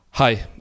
Hi